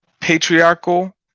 patriarchal